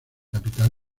capital